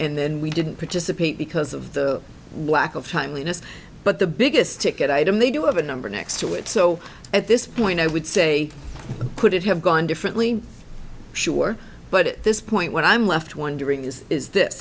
and then we didn't participate because of the lack of timeliness but the biggest ticket item they do have a number next to it so at this point i would say put it have gone differently sure but at this point what i'm left wondering is is th